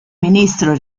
ministro